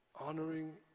honoring